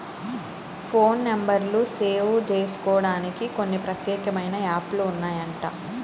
phone నెంబర్లు save జేసుకోడానికి కొన్ని ప్రత్యేకమైన యాప్ లు ఉన్నాయంట